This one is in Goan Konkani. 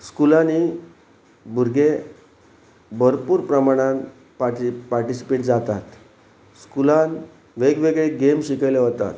स्कुलांनी भुरगे भरपूर प्रमाणान पा्ट पार्टिसिपेट जातात स्कुलान वेगवेगळे गेम शिकयले वतात